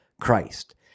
Christ